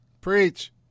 Preach